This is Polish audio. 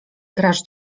grasz